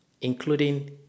including